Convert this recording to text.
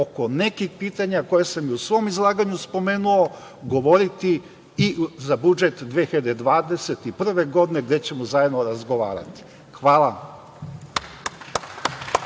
oko nekih pitanja koja sam i u svom izlaganju spomenuo govoriti i za budžet 2021. godine, gde ćemo zajedno razgovarati. Hvala.